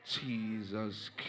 Jesus